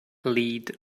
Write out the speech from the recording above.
lead